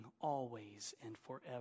always-and-forever